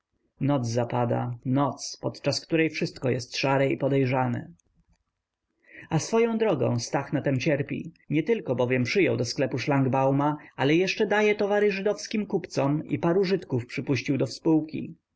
noc zapada noc podczas której wszystko jest szare i podejrzane a swoją drogą stach na tem cierpi nietylko bowiem przyjął do sklepu szlangbauma ale jeszcze daje towary żydowskim kupcom i paru żydków przypuścił do współki